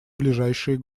ближайшие